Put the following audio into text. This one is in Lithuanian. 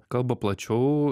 kalba plačiau